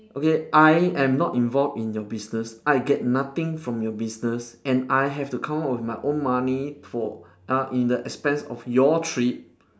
okay I am not involved in your business I get nothing from your business and I have to come out with my own money for uh in the expense of your trip